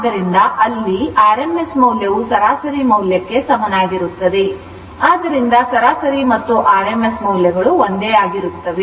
ಆದ್ದರಿಂದ rms ಮೌಲ್ಯವು ಸರಾಸರಿ ಮೌಲ್ಯಕ್ಕೆ ಸಮನಾಗಿರುತ್ತದೆ ಆದ್ದರಿಂದ ಸರಾಸರಿ ಮತ್ತು rms ಮೌಲ್ಯಗಳು ಒಂದೇ ಆಗಿರುತ್ತವೆ